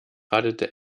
radelte